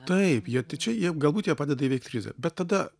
taip jie čia jie galbūt jie padeda įveikt krizę bet tada